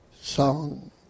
song